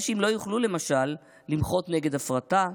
אנשים לא יוכלו למשל למחות נגד הפרטה,